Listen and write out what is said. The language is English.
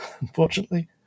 unfortunately